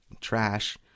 trash